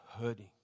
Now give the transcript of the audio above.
hurting